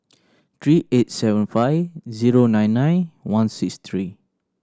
three eight seven five zero nine nine one six three